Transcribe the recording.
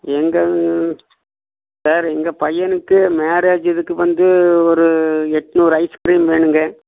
எங்கள் சார் எங்கள் பையனுக்கு மேரேஜ் இதுக்கு வந்து ஒரு எட்நூறு ஐஸ்க்ரீம் வேணும்ங்க